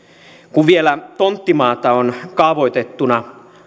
kun vielä tonttimaata on kaavoitettuna